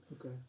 Okay